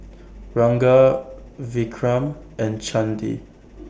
Ranga Vikram and Chandi